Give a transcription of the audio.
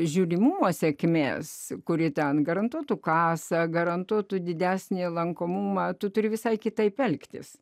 žiūrimos sėkmės kuri ten garantuotų kasą garantuotų didesnį lankomumą tu turi visai kitaip elgtis